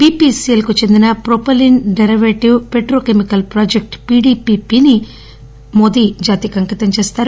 BPCL కు చెందిన propylene derivative petrochemical project PDPP ని జాతికి అంకితం చేస్తారు